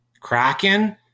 Kraken